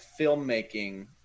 filmmaking